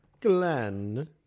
Glenn